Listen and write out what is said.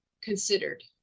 considered